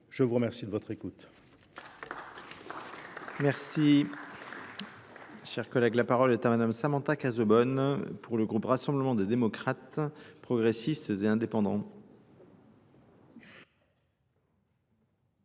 Je vous remercie de votre écoute. Merci,